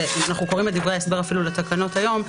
וכשאנחנו קוראים את דברי ההסבר אפילו לתקנות היום,